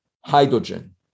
hydrogen